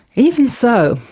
even so,